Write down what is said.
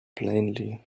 plainly